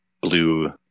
blue